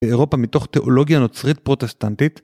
באירופה מתוך תיאולוגיה נוצרית פרוטסטנטית